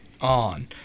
on